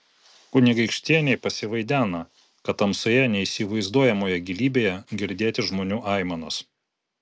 kunigaikštienei pasivaidena kad tamsoje neįsivaizduojamoje gilybėje girdėti žmonių aimanos